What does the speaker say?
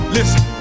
Listen